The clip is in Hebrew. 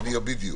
גור